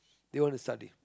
they want to study